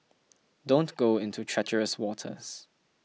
don't go into treacherous waters